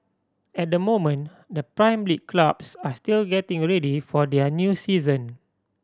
at the moment the Prime League clubs are still getting already for their new season